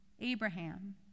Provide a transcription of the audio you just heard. Abraham